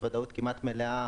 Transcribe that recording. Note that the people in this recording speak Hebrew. בוודאות כמעט מלאה